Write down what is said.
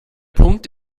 punkt